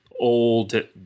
old